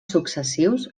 successius